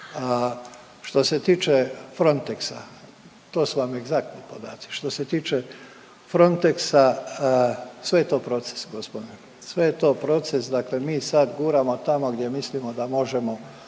što se tiče Frontexa to su vam egzaktni podaci, što se tiče Frontexa sve je to proces gospodine, sve je to proces dakle mi sad guramo tamo gdje mislimo da možemo